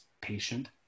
patient